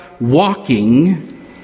walking